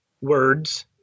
words